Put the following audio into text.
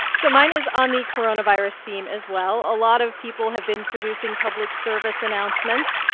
so mine is on the coronavirus theme as well. a lot of people have been producing public service announcements,